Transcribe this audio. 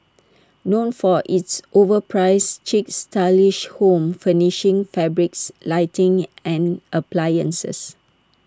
known for its overpriced chic stylish home furnishings fabrics lighting and appliances